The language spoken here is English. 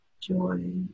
joy